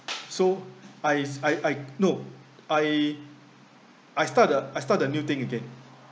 so I I I no I I start uh I start the new thing again